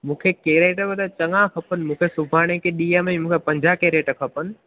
मूंखे केरेट में त चङा खपनि मूंखे सुभाणे ॾींहुं में ई मूंखे पंजाह कैरेट खपनि